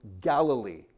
Galilee